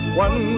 One